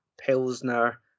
pilsner